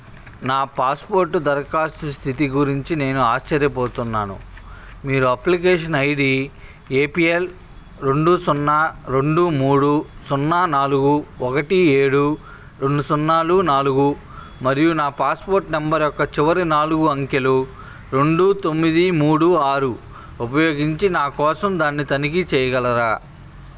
నా పాస్పోర్టు దరఖాస్తు స్థితి గురించి నేను ఆశ్చర్యపోతున్నాను మీరు అప్లికేషన్ ఐడి ఏపిఎల్ రెండు సున్నా రెండు మూడు సున్నా నాలుగు ఒకటి ఏడు రెండు సున్నాలు నాలుగు మరియు నా పాస్పోర్ట్ నంబర్ యొక్క చివరి నాలుగు అంకెలు రెండు తొమ్మిది మూడు ఆరు ఉపయోగించి నా కోసం దాన్ని తనిఖీ చేయగలరా